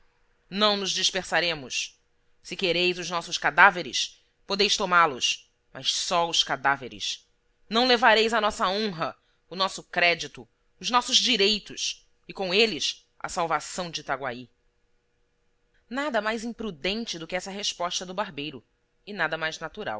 não nos dispersaremos se quereis os nossos cadáveres podeis tomá los mas só os cadáveres não levareis a nossa honra o nosso crédito os nossos direitos e com eles a salvação de itaguaí nada mais imprudente do que essa resposta do barbeiro e nada mais